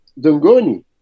dungoni